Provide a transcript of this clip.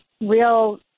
real